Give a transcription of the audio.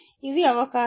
ఇవి అవకాశాలు